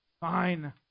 fine